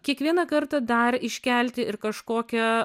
kiekvieną kartą dar iškelti ir kažkokią